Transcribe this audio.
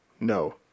no